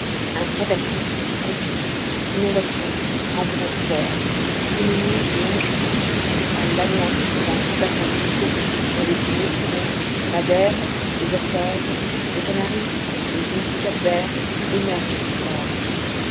un cataclysme se produisit inondations tremblements de terre une nuit et un jour suffirent à l'anéantissement de cette atlantide dont les plus hauts sommets madère les açores les canaries les îles du cap vert émergent encore